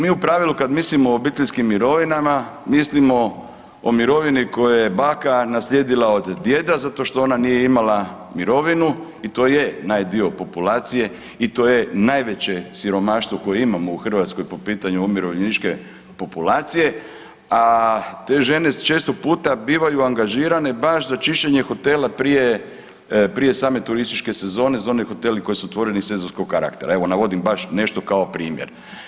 Mi u pravilu kad mislimo o obiteljskim mirovinama, mislimo o mirovini koju je baka naslijedila od djeda zato što ona nije imala mirovinu i to je najdio populacije i to je najveće siromaštvo koje imamo u Hrvatskoj po pitanju umirovljeničke populacije, a te žene često puta bivaju angažirane baš za čišćenje hotela prije same turističke sezone, za one hotele koji su otvoreni sezonskog karaktera, evo, navodim baš nešto kao primjer.